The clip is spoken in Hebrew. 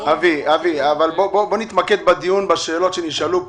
בוא נתמקד בדיון, בשאלות שנשאלו.